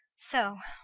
so.